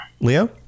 Leo